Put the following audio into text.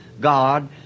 God